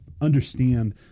understand